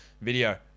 video